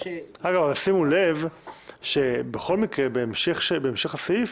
אבל שימו לב שבכל מקרה בהמשך הסעיף